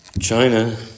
China